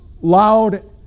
loud